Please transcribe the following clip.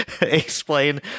explain